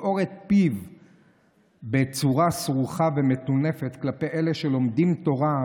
לפעור את פיו בצורה סרוחה ומטונפת כלפי אלה שלומדים תורה,